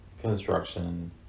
construction